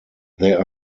there